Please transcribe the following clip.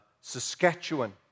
Saskatchewan